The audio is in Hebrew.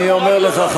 אני אומר לך,